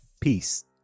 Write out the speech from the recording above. peace